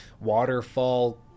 waterfall